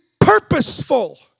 purposeful